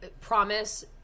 promise